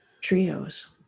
trios